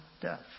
death